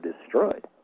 destroyed